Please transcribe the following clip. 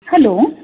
hello